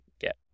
get